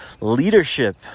leadership